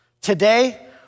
Today